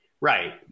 Right